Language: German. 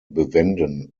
bewenden